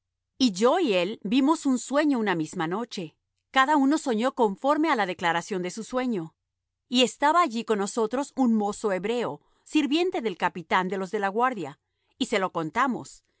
y yo y él vimos un sueño una misma noche cada uno soñó conforme á la declaración de su sueño y estaba allí con nosotros un mozo hebreo sirviente del capitán de los de la guardia y se lo contamos y